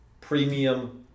premium